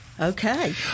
Okay